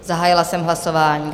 Zahájila jsem hlasování.